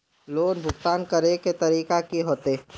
Loan भुगतान करे के तरीका की होते?